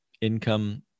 income